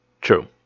True